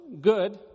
good